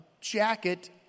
jacket